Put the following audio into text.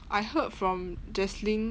I heard from jeslyn